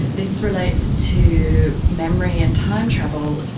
this relates to memory and time travel.